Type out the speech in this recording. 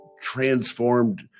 transformed